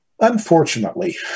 unfortunately